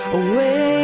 away